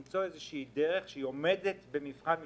נמצא איזו שהיא דרך שעומדת במבחן משפטי.